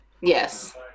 Yes